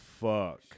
fuck